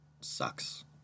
Sucks